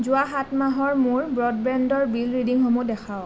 যোৱা সাত মাহৰ মোৰ ব্ৰডবেণ্ডৰ বিল ৰিডিংসমূহ দেখুৱাওক